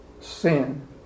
sin